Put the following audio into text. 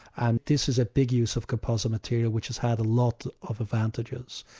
and this is a big use of composite material which has had a lot of advantages.